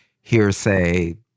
hearsay